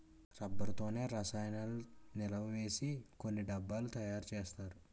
rubber తోనే రసాయనాలను నిలవసేసి కొన్ని డబ్బాలు తయారు చేస్తారు